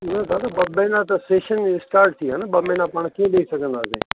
उहा त न ॿ महिना त सेशन स्टाट थिया न ॿ महिना कीअं ॾेई सघंदासीं